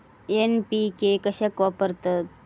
NPK कशाक वापरतत?